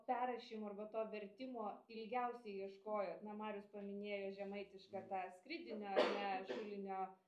perrašymo arba to vertimo ilgiausiai ieškojot na marius paminėjo žemaitišką tą skridinio ar ne šulinio